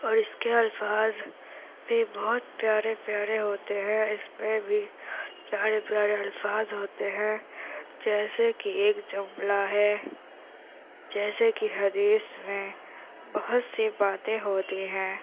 اور اس کے الفاظ بھی بہت پیارے پیارے ہوتے ہیں اس میں بھی پیارے پیارے الفاظ ہوتے ہیں جیسے کہ ایک جملہ ہے جیسے کہ حدیث میں بہت سی باتیں ہوتی ہیں